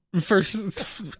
first